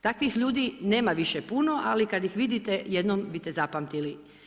Takvih ljudi nema više puno ali kad ih vidite jednom bi te zapamtili.